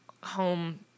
home